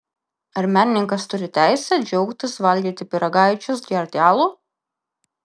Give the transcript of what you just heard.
ar menininkas turi teisę džiaugtis valgyti pyragaičius gerti alų